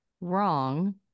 wrong